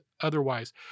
otherwise